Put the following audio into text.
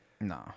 no